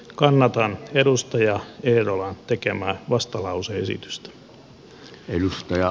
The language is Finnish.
kannatan edustaja eerolan tekemää vastalause esitystä